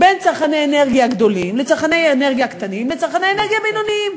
בין צרכני אנרגיה גדולים לצרכני אנרגיה קטנים לצרכני אנרגיה בינוניים.